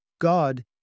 God